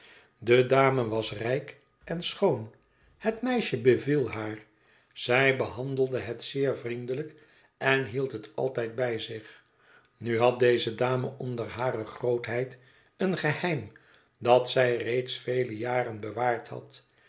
de dame was rijk en schoon het meisje beviel haar zij behandelde het zeer vriendelijk en hield het altijd bij zich nu had deze dame onder al hare grootheid een geheim dat zij reeds vele jaren bewaard had